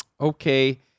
Okay